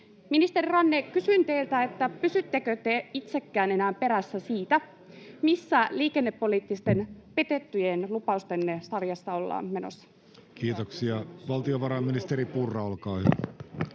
Ministeri Ranne, kysyn teiltä: pysyttekö te itsekään enää perässä siitä, missä liikennepoliittisten petettyjen lupaustenne sarjassa ollaan menossa? [Speech 36] Speaker: Jussi Halla-aho